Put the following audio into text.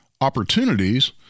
opportunities